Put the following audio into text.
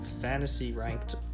fantasy-ranked